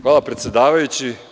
Hvala predsedavajući.